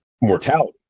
mortality